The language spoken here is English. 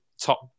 top